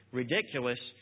ridiculous